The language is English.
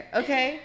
okay